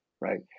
right